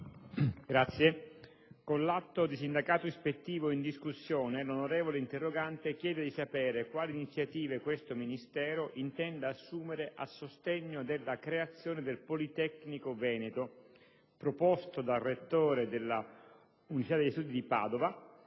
Presidente, con l'atto di sindacato ispettivo in discussione, il senatore interrogante chiede di sapere quali iniziative questo Ministero intenda assumere a sostegno della creazione del Politecnico veneto, proposta dal rettore dell'Università degli studi di Padova,